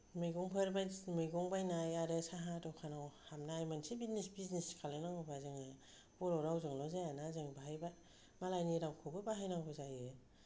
मैगंफोर बायदिसिना मैगं बायनाय आरो साहा दखानाव हाबनाय मोनसे बिजनेस बिजनेस खालायनांगौबा जोङो बर' रावजोंल' जायाना जों बाहायबा मालायनि रावखौबो बाहायनांगौ जायो